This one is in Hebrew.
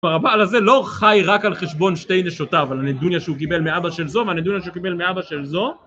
הבעל הזה לא חי רק על חשבון שתי נשותיו, על הנדוניה שהוא קיבל מאבא של זו ועל הנדוניה שהוא קיבל מאבא של זו